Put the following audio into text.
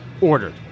ordered